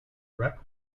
wreck